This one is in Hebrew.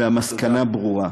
והמסקנה ברורה.